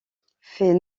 fait